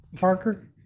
Parker